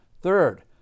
Third